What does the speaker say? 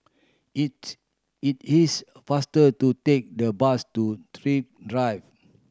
it it is faster to take the bus to Thrift Drive